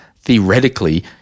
theoretically